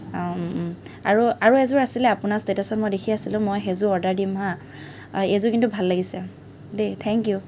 আৰু আৰু এযোৰ আছিলে আপোনাৰ ষ্টেটাছত মই দেখি আছিলোঁ মই সেইযোৰ অৰ্ডাৰ দিম হাঁ এইযোৰ কিন্তু ভাল লাগিছে দেই থেংক ইউ